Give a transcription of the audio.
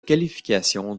qualification